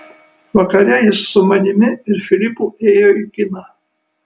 vakare jis su manimi ir filipu ėjo į kiną